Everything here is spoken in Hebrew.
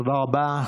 תודה רבה.